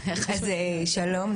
אז שלום,